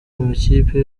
amakipe